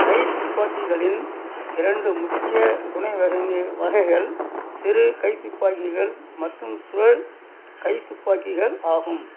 கை துப்பாக்கிகளின் இரண்டு முக்கிய துணைவகை வகைகள் சிறு கை துப்பாக்கிகள் மற்றும் சுழல் கை துப்பாக்கிகள் ஆகும்